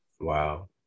Wow